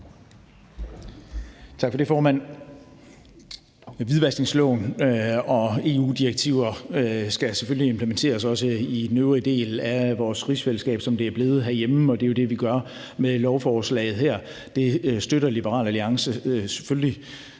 Tak for det, formand. Hvidvaskloven og EU-direktiver skal selvfølgelig implementeres også i den øvrige del af vores rigsfællesskab, som de er blevet herhjemme, og det er det, vi gør med lovforslaget her. Det støtter Liberal Alliance selvfølgelig